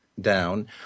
down